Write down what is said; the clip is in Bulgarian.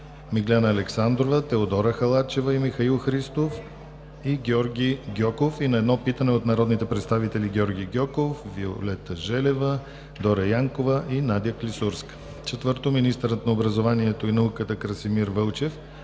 Миглена Александрова; Теодора Халачева и Михаил Христов; и Георги Гьоков и на 1 питане от народните представители Георги Гьоков, Виолета Желева, Дора Янкова и Надя Клисурска. 4. Министърът на образованието и науката Красимир Вълчев